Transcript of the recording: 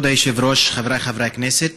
כבוד היושב-ראש, חבריי חברי הכנסת,